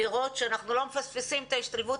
לראות שאנחנו לא מפספסים את ההשתלבות